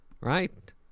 right